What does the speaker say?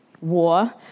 war